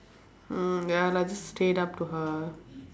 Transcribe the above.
mm ya lah just straight up to her